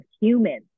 human